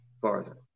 farther